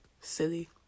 silly